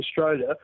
Australia